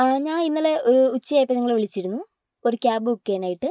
ആ ഞാൻ ഇന്നലെ ഒരു ഉച്ചയായപ്പോൾ നിങ്ങളെ വിളിച്ചിരുന്നു ഒരു ക്യാബ് ബുക്ക് ചെയ്യാൻ ആയിട്ട്